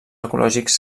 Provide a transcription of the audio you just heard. ecològics